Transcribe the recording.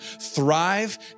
THRIVE